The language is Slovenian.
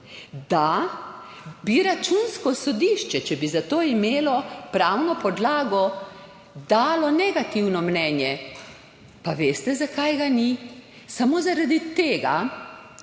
da bi Računsko sodišče, če bi za to imelo pravno podlago, dalo negativno mnenje. Pa veste zakaj ga ni? Samo zaradi tega,